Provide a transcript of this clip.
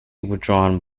withdrawn